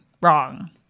wrong